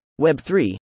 Web3